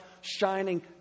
shining